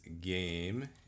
game